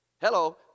Hello